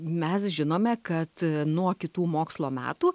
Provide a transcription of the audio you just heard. mes žinome kad nuo kitų mokslo metų